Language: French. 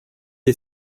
est